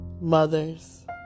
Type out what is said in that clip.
Mothers